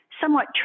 somewhat